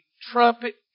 trumpet